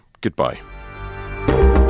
goodbye